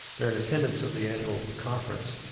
they are in attendance of the annual conference.